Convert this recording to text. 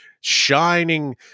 shining